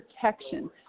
protection